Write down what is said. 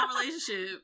relationship